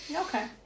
okay